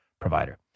provider